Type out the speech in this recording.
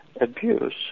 abuse